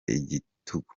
igitugu